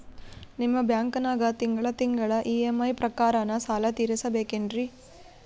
ನಿಮ್ಮ ಬ್ಯಾಂಕನಾಗ ತಿಂಗಳ ತಿಂಗಳ ಇ.ಎಂ.ಐ ಪ್ರಕಾರನ ಸಾಲ ತೀರಿಸಬೇಕೆನ್ರೀ?